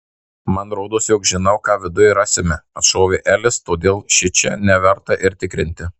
man rodos jog žinau ką viduj rasime atšovė elis todėl šičia neverta ir tikrinti